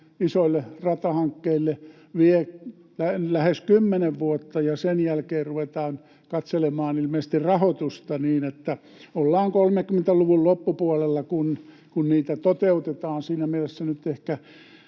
isoille ratahankkeille vie lähes kymmenen vuotta, ja sen jälkeen ruvetaan ilmeisesti katselemaan rahoitusta niin, että ollaan 30-luvun loppupuolella, kun niitä toteutetaan. Siinä mielessä nyt ehkä